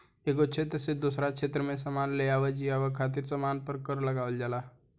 एगो क्षेत्र से दोसरा क्षेत्र में सामान लेआवे लेजाये खातिर सामान पर कर लगावल जाला